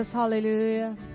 Hallelujah